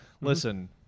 Listen